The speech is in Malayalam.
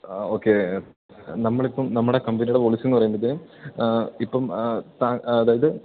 ആ ഓക്കേ നമ്മളിപ്പോള് നമ്മുടെ കമ്പനിയുടെ പോളിസി എന്നു പറയുമ്പോഴത്തേനും ഇപ്പോള് അതായത്